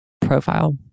profile